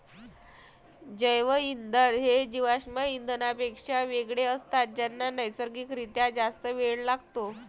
जैवइंधन हे जीवाश्म इंधनांपेक्षा वेगळे असतात ज्यांना नैसर्गिक रित्या जास्त वेळ लागतो